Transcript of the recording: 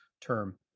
term